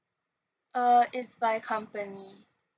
uh it's by company